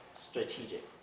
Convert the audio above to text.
strategic